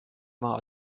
maha